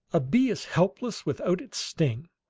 a bee is helpless without its sting!